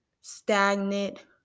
stagnant